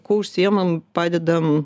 kuo užsiimam padedam